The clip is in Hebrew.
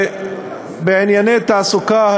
בענייני תעסוקה,